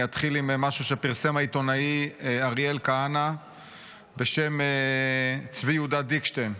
אני אתחיל עם משהו שפרסם העיתונאי אריאל כהנא בשם צבי יהודה דיקשטיין.